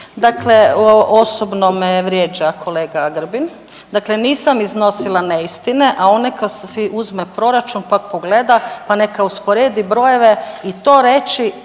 Dakle osobno me vrijeđa kolega Grbin. Dakle, nisam iznosila neistine a on neka si uzme proračun pa pogleda, pa neka usporedi brojeve i to reći